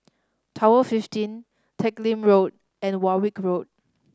Tower fifteen Teck Lim Road and Warwick Road